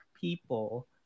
people